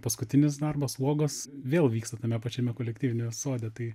paskutinis darbas uogos vėl vyksta tame pačiame kolektyviniame sode tai